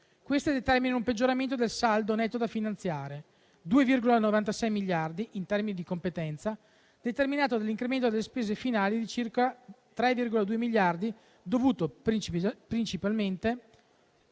queste determinano un peggioramento del saldo netto da finanziare di 2,96 miliardi in termini di competenza, determinato dall'incremento delle spese finali di circa 3,2 miliardi, dovuto principalmente